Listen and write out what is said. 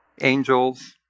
angels